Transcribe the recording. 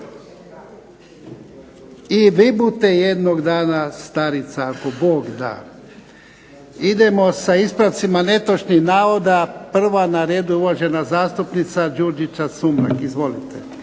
I vi bute jednog dana starica, ako Bog da. Idemo sa ispravcima netočnih navoda. Prva na redu je uvažena zastupnica Đurđica Sumrak. Izvolite.